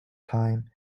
time